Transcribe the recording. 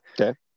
okay